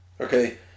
okay